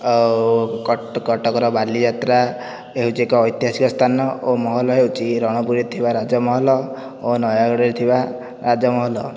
ଆଉ କଟ କଟକର ବାଲିଯାତ୍ରା ହେଉଛି ଏକ ଐତିହାସିକ ସ୍ଥାନ ଓ ମହଲ ହେଉଛି ରଣପୁରରେ ଥିବା ରାଜମହଲ ଓ ନୟାଗଡ଼ରେ ଥିବା ରାଜମହଲ